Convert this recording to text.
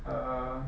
err